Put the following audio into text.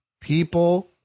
People